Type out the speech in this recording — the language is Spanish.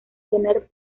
tener